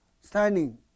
standing